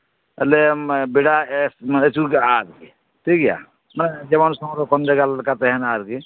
ᱟᱞᱮ ᱵᱮᱰᱟ ᱮᱥ ᱟᱹᱪᱩᱨ ᱠᱟᱜᱼᱟ ᱟᱨᱠᱤ ᱴᱷᱤᱠᱜᱮᱭᱟ ᱡᱮᱢᱚᱱ ᱥᱚᱝᱨᱚᱠᱠᱷᱚᱱ ᱡᱟᱭᱜᱟ ᱞᱮᱠᱟ ᱛᱟᱦᱮᱸᱱᱟ ᱟᱨᱠᱤ